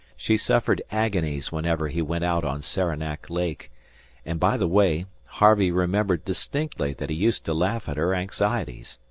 she suffered agonies whenever he went out on saranac lake and, by the way, harvey remembered distinctly that he used to laugh at her anxieties.